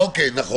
נכון.